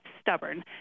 stubborn